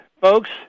folks